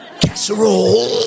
Casserole